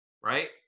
right